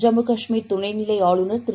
Jammu Kashmir துணைநிலைஆளுநர் Thiru